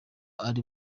ari